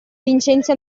vincenzi